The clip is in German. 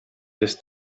des